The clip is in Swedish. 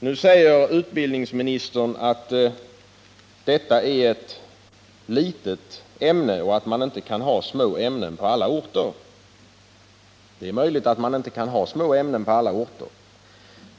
Nu säger utbildningsministern att detta är ett litet ämne och att man inte kan ha små ämnen på alla orter. Det är möjligt att man inte kan ha små ämnen på alla orter.